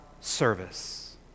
service